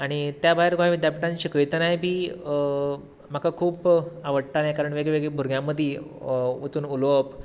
आनी त्या भायर गोंय विद्यापीठांत शिकयतनाय बी म्हाका खूब आवडटालें कारण वेगळ्या वेगळ्या भुरग्यां मदी वचून उलोवप